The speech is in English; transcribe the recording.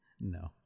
No